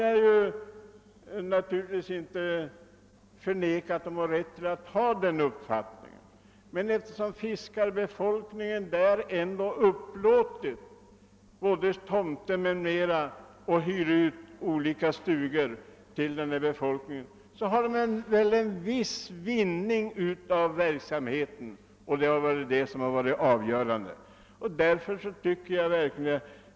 Jag kan naturligtvis inte förneka att de har rätt att hysa den uppfattningen, men fiskarbefolkningen upplåter ju tomter och hyr ut stugor till fritidsfolket och har alltså väl viss vinning av hela denna verksamhet. Det är det som varit avgörande.